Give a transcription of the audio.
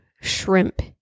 shrimp